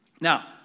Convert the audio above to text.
Now